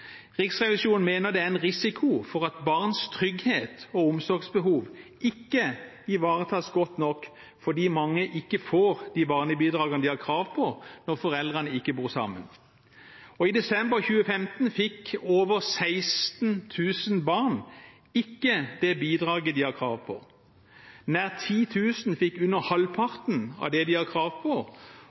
Riksrevisjonen mener det er en risiko for at barns trygghet og omsorgsbehov ikke ivaretas godt nok, fordi mange ikke får de barnebidragene de har krav på når foreldrene ikke bor sammen. I desember 2015 fikk over 16 000 barn ikke det bidraget de har krav på. Nær 10 000 fikk under halvparten av det de har krav på,